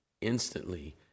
Instantly